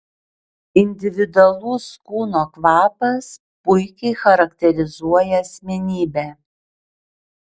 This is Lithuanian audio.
individualus kūno kvapas puikiai charakterizuoja asmenybę